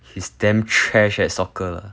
he's damn trash at soccer uh